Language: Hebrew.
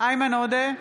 איימן עודה,